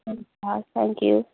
हवस् thank you